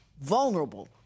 vulnerable